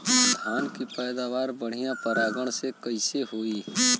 धान की पैदावार बढ़िया परागण से कईसे होई?